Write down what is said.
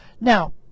now